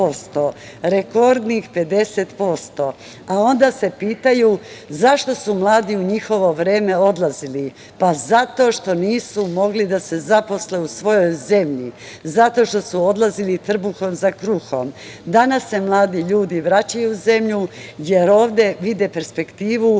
Rekordnih 50%. A onda se pitaju zašto su mladi u njihovo vreme odlazili? Pa, zato što nisu mogli da se zaposle u svojoj zemlji, zato što su odlazili trbuhom za kruhom. Danas se mladi ljudi vraćaju u zemlju, jer ovde vide perspektivu